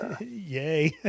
yay